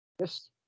Yes